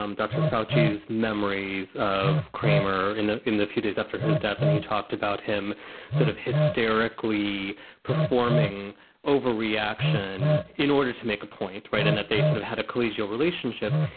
um dr. fouche, his memories of cramer and ah in the few days after his death and he talked about him sort of hysterically performing overreaction in order to make a point. right. and that they sort of had a collegial relationship.